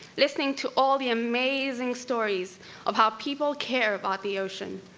listening to all the amazing stories of how people care about the ocean,